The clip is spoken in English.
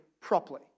properly